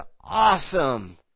awesome